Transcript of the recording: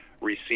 receive